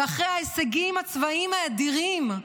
ואחרי ההישגים הצבאים האדירים,